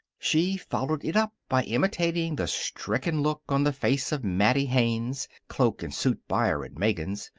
she followed it up by imitating the stricken look on the face of mattie haynes, cloak-and-suit buyer at megan's,